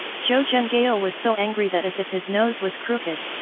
zhou zhenghao ah was so angry that as if his nose was crooked,